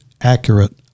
accurate